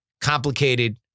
complicated